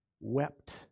wept